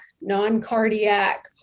non-cardiac